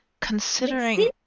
considering